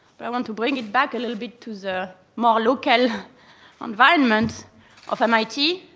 but i want to bring it back a little bit to the more local environment of mit.